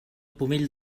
pomell